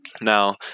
Now